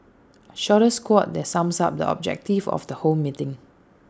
shortest quote that sums up the objective of the whole meeting